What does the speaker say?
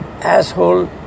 asshole